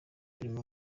filime